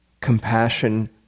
compassion